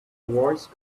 voice